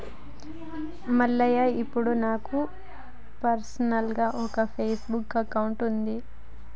మల్లయ్య ఇప్పుడు నాకు పర్సనల్గా ఒక ఫేస్బుక్ అకౌంట్ ఉన్నది